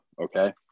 okay